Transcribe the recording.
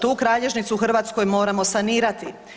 Tu kralježnicu u Hrvatskoj moramo sanirati.